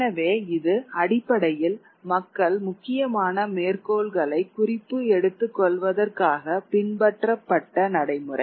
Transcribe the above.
எனவே இது அடிப்படையில் மக்கள் முக்கியமான மேற்கோள்களை குறிப்பு எடுத்துக்கொள்வதற்காக பின்பற்றப்பட்ட நடைமுறை